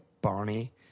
Barney